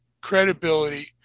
credibility